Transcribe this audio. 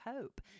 hope